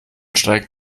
steigt